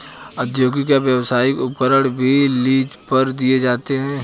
औद्योगिक या व्यावसायिक उपकरण भी लीज पर दिए जाते है